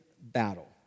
battle